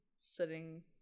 sitting